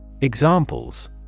Examples